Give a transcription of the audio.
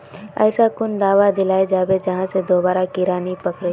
ऐसा कुन दाबा दियाल जाबे जहा से दोबारा कीड़ा नी पकड़े?